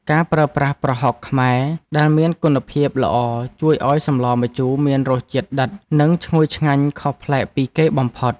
ការប្រើប្រាស់ប្រហុកខ្មែរដែលមានគុណភាពល្អជួយឱ្យសម្លម្ជូរមានរសជាតិដិត និងឈ្ងុយឆ្ងាញ់ខុសប្លែកពីគេបំផុត។